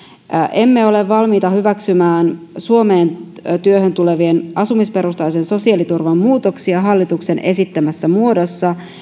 emme ole valmiita hyväksymään suomeen työhön tulevien asumisperustaisen sosiaaliturvan muutoksia hallituksen esittämässä muodossa